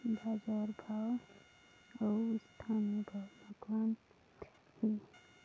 बजार भाव अउ स्थानीय भाव म कौन अन्तर हे?